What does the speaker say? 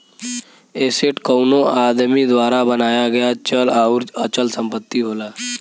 asset कउनो आदमी द्वारा बनाया गया चल आउर अचल संपत्ति होला